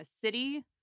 city